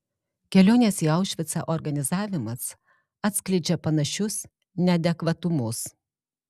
kelionės į aušvicą organizavimas atskleidžia panašius neadekvatumus